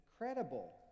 incredible